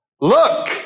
look